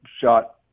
shot